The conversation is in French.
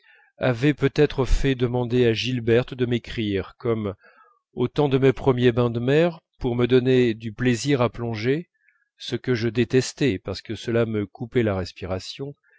avait peut-être fait demander à gilberte de m'écrire comme au temps de mes premiers bains de mer pour me donner du plaisir à plonger ce que je détestais parce que cela me coupait la respiration